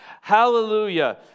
Hallelujah